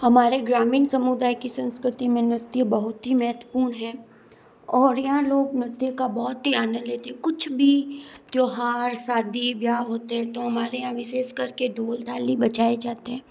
हमारे ग्रामीण समुदाय की संस्कृति में नृत्य बहुत ही महत्वपूर्ण है और यहाँ लोक नृत्य का बहुत ही आनंद लेते कुछ भी त्यौहार शादी विवाह होते हैं तो हमारे यहाँ विशेष कर के ढोल थाली बजाए जाते हैं